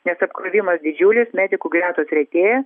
nes apkrovimas didžiulis medikų gretos retėja